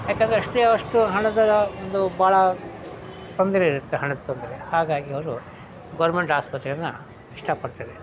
ಯಾಕೆಂದ್ರೆ ಅಷ್ಟೇ ಅಷ್ಟು ಹಣದ ಒಂದು ಭಾಳ ತೊಂದರೆ ಇರುತ್ತೆ ಹಣದ ತೊಂದರೆ ಹಾಗಾಗಿ ಅವರು ಗೌರ್ಮೆಂಟ್ ಆಸ್ಪತ್ರೆನ ಇಷ್ಟಪಡ್ತಾರೆ